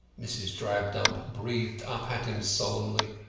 mrs. drabdump breathed up at him solemnly,